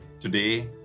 Today